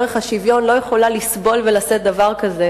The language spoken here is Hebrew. וערך השוויון לא יכולה לסבול ולשאת דבר כזה.